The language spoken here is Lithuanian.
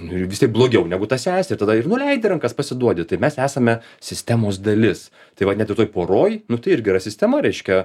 nu ir vis tiek blogiau negu ta sesė ir tada ir nuleidi rankas pasiduodi tai mes esame sistemos dalis tai va net ir toj poroj nu tai irgi yra sistema reiškia